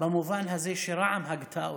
במובן הזה שרע"מ הגתה אותה,